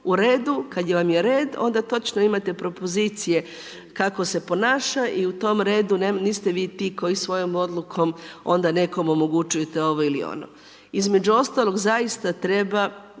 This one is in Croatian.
U redu, kada vam je red onda točno imate propozicije kako se ponaša i u tom redu niste vi ti koji svojom odlukom onda nekom omogućujete ovo ili ono. Između ostalog zaista treba,